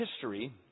history